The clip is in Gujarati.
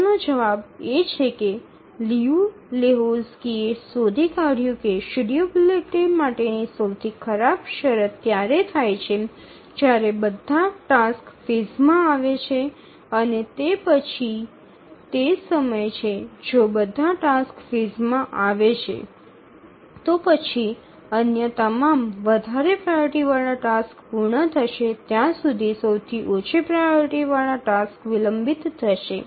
સવાલનો જવાબ એ છે કે લિયુ લેહોક્ઝકીએ શોધી કાઢ્યું કે શેડ્યૂલેબિલિટી માટેની સૌથી ખરાબ શરત ત્યારે થાય છે જ્યારે બધા ટાસક્સ ફેઝમાં આવે છે અને તે સમય છે જો બધા ટાસક્સ ફેઝમાં આવે છે તો પછી અન્ય તમામ વધારે પ્રાઓરિટી વાળા ટાસક્સ પૂર્ણ થશે ત્યાં સુધી સુધી સૌથી ઓછી પ્રાઓરિટી વાળા ટાસ્ક વિલંબિત થશે